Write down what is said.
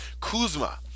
Kuzma